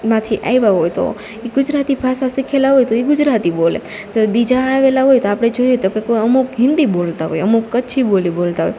માંથી આયવા હોય તો ઈ ગુજરાતી ભાષા શીખેલા હોય તો ઈ ગુજરાતી બોલે તો બીજા આવેલા હોય તો આપડે જોઈએ તો કે કોઈ અમુક હિન્દી બોલતા હોય અમુક કચ્છી બોલી બોલતા હોય